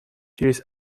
через